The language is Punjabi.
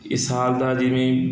ਇਹ ਸਾਲ ਦਾ ਜਿਵੇਂ